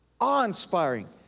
Awe-inspiring